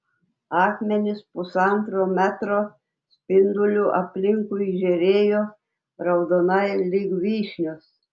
akmenys pusantro metro spinduliu aplinkui žėrėjo raudonai lyg vyšnios